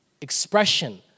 expression